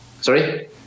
Sorry